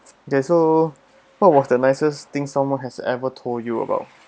okay so what was the nicest thing someone has ever told you about